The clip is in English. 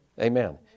Amen